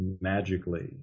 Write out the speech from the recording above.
magically